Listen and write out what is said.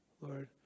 Lord